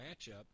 matchup